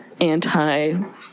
anti